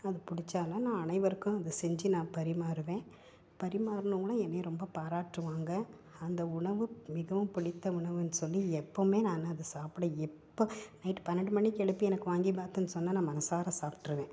அது புடிச்சால நான் அனைவருக்கும் அதை செஞ்சு நான் பரிமாறுவேன் பரிமாறுனவங்கள்லாம் என்னை ரொம்ப பாராட்டுவாங்க அந்த உணவு மிகவும் பிடித்த உணவுன்னு சொல்லி எப்போதுமே நான் அதை சாப்பிட எப்போ நைட்டு பன்னெண்டு மணிக்கு எழுப்பி எனக்கு வாங்கிபாத்துன்னு சொன்னால் நான் மனசார சாப்பிட்ருவேன்